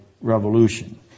revolution